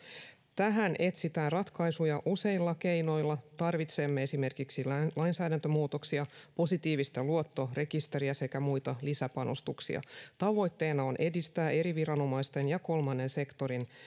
tähän etsitään ratkaisuja useilla keinoilla tarvitsemme esimerkiksi lainsäädäntömuutoksia positiivista luottorekisteriä sekä muita lisäpanostuksia tavoitteena on edistää eri viranomaisten ja kolmannen sektorin